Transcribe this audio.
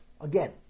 Again